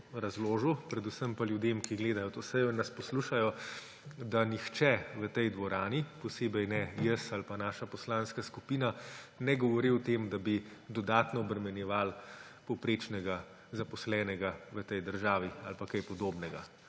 Horvatu, predvsem pa ljudem, ki gledajo to sejo in nas poslušajo, razložil, da nihče v tej dvorani, posebej ne jaz ali pa naša poslanska skupina, ne govori o tem, da bi dodatno obremenjevali povprečnega zaposlenega v tej državi ali pa kaj podobnega,